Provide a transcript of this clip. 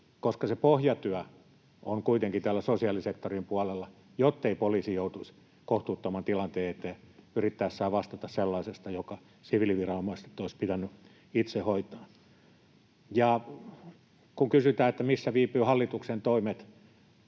koska se pohjatyö on kuitenkin täällä sosiaalisektorin puolella, jottei poliisi joutuisi kohtuuttoman tilanteen eteen yrittäessään vastata sellaisesta, joka siviiliviranomaisten olisi pitänyt itse hoitaa. Ja kun kysytään, missä viipyvät hallituksen toimet,